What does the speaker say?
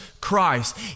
Christ